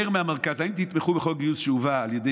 מאיר מהמרכז: האם תתמכו בחוק גיוס שיובא על ידי